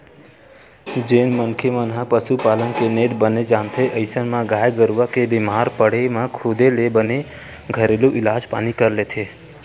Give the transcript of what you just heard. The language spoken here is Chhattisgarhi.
जेन मनखे मन ह पसुपालन के नेत बने जानथे अइसन म गाय गरुवा के बीमार पड़े म खुदे ले बने घरेलू इलाज पानी कर लेथे